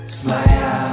smile